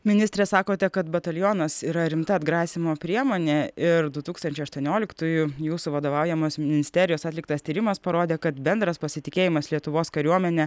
ministre sakote kad batalionas yra rimta atgrasymo priemonė ir du tūkstančiai aštuonioliktųjų jūsų vadovaujamos ministerijos atliktas tyrimas parodė kad bendras pasitikėjimas lietuvos kariuomene